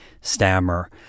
stammer